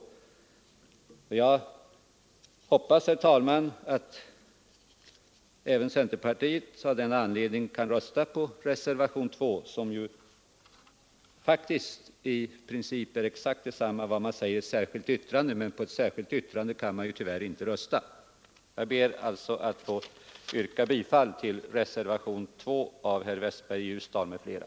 Jag hoppas att även centerpartiet då kan rösta på reservationen 2, där det i princip står exakt detsamma som i det särskilda yttrandet — man kan som bekant inte rösta på ett särskilt yttrande. Herr talman! Jag ber att få yrka bifall till reservationen 2 av herr Westberg i Ljusdal m.fl.